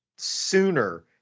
sooner